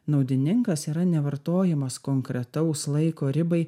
naudininkas yra nevartojamas konkretaus laiko ribai